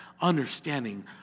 understanding